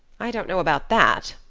i don't know about that,